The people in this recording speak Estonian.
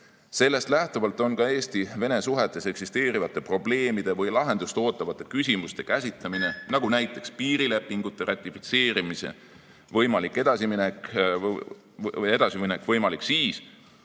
Sellest lähtuvalt on ka Eesti-Vene suhetes eksisteerivate probleemide või lahendust ootavate küsimuste käsitlemine, näiteks piirilepingu ratifitseerimise edasiminek võimalik siis,